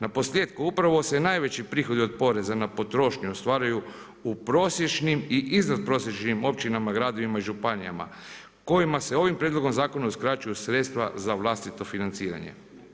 Naposljetku upravo se najveći prihodi od poreza na potrošnju ostvaruju u prosječnim i iznad prosječnim općinama, gradovima i županijama kojima se ovim prijedlogom zakona uskraćuju sredstva za vlastito financiranje.